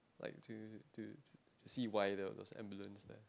like to to see why there was ambulance there